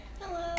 Hello